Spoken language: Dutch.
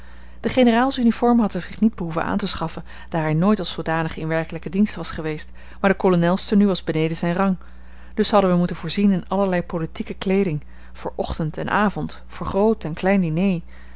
de generaalsuniform had hij zich niet behoeven aan te schaffen daar hij nooit als zoodanig in werkelijken dienst was geweest maar de kolonelstenue was beneden zijn rang dus hadden wij moeten voorzien in allerlei politieke kleeding voor ochtend en avond voor groot en klein diner